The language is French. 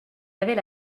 avait